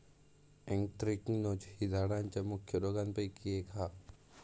anthracnose ही झाडांच्या मुख्य रोगांपैकी एक हा